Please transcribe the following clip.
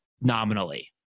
nominally